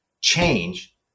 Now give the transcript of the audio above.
change